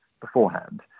beforehand